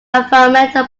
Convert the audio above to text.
environmental